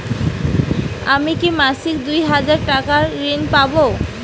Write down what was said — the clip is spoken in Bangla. আমি কি মাসিক দুই হাজার টাকার ঋণ পাব?